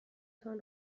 تان